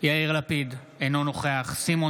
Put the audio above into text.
יאיר לפיד, אינו נוכח סימון